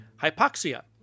hypoxia